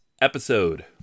episode